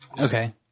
Okay